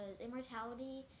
immortality